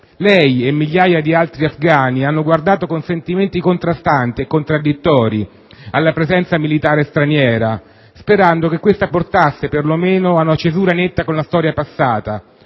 Lei, e migliaia di altri afghani, hanno guardato con sentimenti contrastanti e contraddittori alla presenza militare straniera, sperando che questa portasse perlomeno ad una cesura netta con la storia passata,